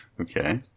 Okay